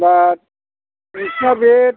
दा नोंसोरना बे